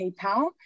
PayPal